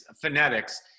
phonetics